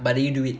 but did you do it